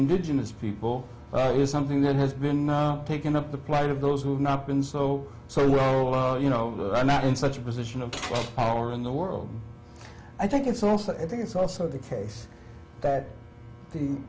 indigenous people is something that has been taken up the plight of those who have not been so so you know you know i'm not in such a position of power in the world i think it's also i think it's also the case that the